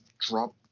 drop